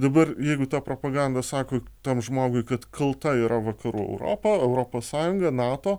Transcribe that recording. dabar jeigu ta propaganda sako tam žmogui kad kalta yra vakarų europa europos sąjunga nato